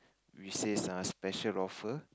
which says err special offer